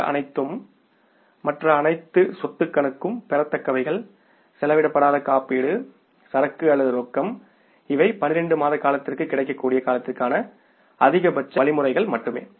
மற்ற அனைத்தும் மற்ற அனைத்து சொத்து கணக்கு பெறத்தக்கவைகள் செலவிடப்படாத காப்பீடு சரக்கு அல்லது ரொக்கம் இவை 12 மாத காலத்திற்கு கிடைக்கக்கூடிய காலத்திற்கான அதிகபட்ச வழிமுறைகள் மட்டுமே